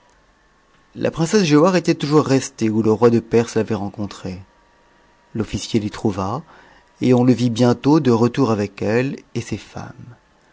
la princesse giauhare était toujours restée où le roi de perse t'avait rencontrée l'officier t'y trouva et on le vit bientôt de retour avec ette et ses femmes